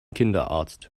kinderarzt